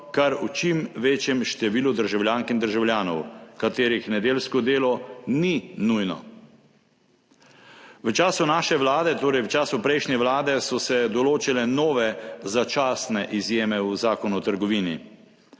kar čim večjem številu državljank in državljanov, katerih nedeljsko delo ni nujno. V času naše vlade, torej v času prejšnje vlade, so se določile nove začasne izjeme v Zakonu o trgovini.